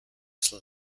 isle